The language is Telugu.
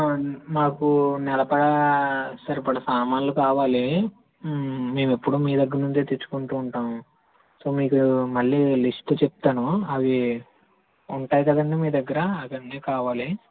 మాకు నెలకు సరిపడ సామన్లు కావాలి మేమెప్పుడు మీ దగ్గర నుండే తెచ్చుకుంటూ ఉంటాం సో మీకు మళ్ళీ లిస్టు చెప్తాను అవి ఉంటాయి కదండి మీ దగ్గర అవన్నీ కావాలి